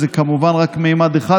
זה כמובן רק ממד אחד.